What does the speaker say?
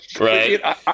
Right